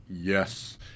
yes